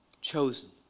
Chosen